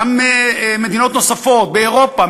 גם מדינות נוספות באירופה,